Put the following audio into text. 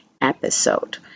episode